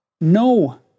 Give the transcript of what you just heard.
no